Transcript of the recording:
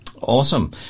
Awesome